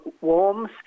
warms